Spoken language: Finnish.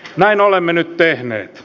näin olemme nyt tehneet